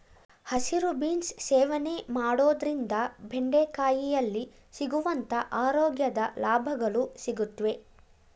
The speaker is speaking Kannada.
ಹಸಿರು ಬೀನ್ಸ್ ಸೇವನೆ ಮಾಡೋದ್ರಿಂದ ಬೆಂಡೆಕಾಯಿಯಲ್ಲಿ ಸಿಗುವಂತ ಆರೋಗ್ಯದ ಲಾಭಗಳು ಸಿಗುತ್ವೆ